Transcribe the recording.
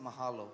mahalo